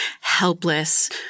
helpless